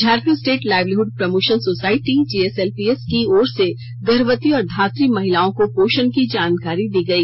Jharkhand state livelihood promotion society JSLPS की ओर से गर्भवती और धात्री महिलाओं को पोषण की जानकारी दी गई